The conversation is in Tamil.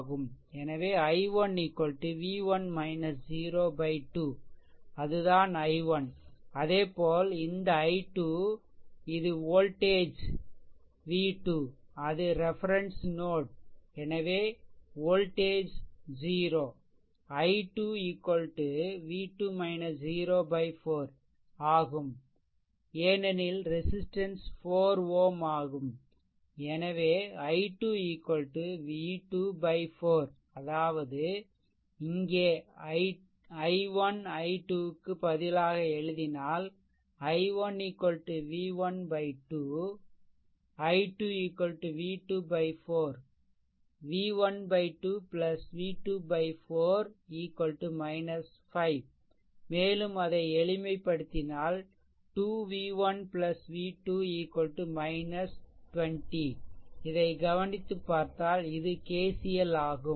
எனவே i1 v1- 0 2 அதுதான் I1 இதேபோல் இந்த i2 இது வோல்டேஜ் v2அது ரெஃபெரென்ஸ் நோட்எனவே வோல்டேஜ் 0 I2 v2 0 4 ஆகும் ஏனெனில் ரெசிஸ்டன்ஸ் 4 ஆகும் எனவே i2 v2 4 அதாவது அதாவது இங்கே i1 i2 க்கு பதிலாக எழுதினால் i1 v1 2 i2 v2 4 v1 2 v2 4 5 மேலும் அதை எளிமைபடுத்தினால் 2 v1 v2 20 இதை கவனித்துப்பார்த்தால் இது KCL ஆகும்